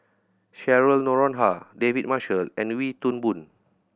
Cheryl Noronha David Marshall and Wee Toon Boon